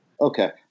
Okay